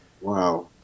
Wow